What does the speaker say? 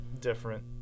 different